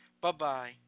Bye-bye